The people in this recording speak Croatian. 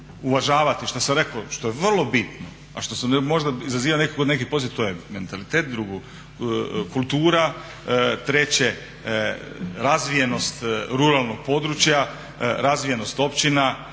uvažavati, što sam rekao što je vrlo bitno, a što sad možda izaziva kod nekih …/Govornik se ne razumije./… to je mentalitet, drugo kultura, treće razvijenost ruralnog područja, razvijenost općina,